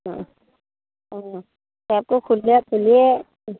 অঁ খুলিয়ে